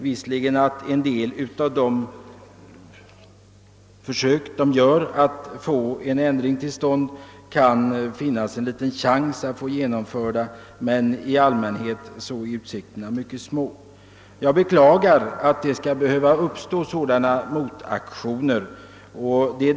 Visserligen kan det finnas en liten chans att få en ändring till stånd, men i allmänhet är utsikterna mycket små. Jag beklagar att det skall behöva uppstå sådana motaktioner.